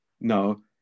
No